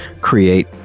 create